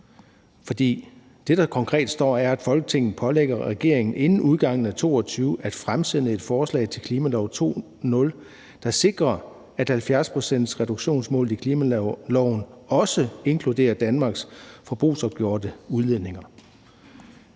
For det, der konkret står, er, at Folketinget pålægger regeringen inden udgangen af 2022 at fremsætte et forslag til klimalov 2.0, der sikrer, at 70-procentsreduktionsmålet i klimaloven også inkluderer Danmarks forbrugsopgjorte udledninger.